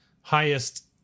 highest